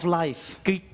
life